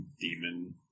demon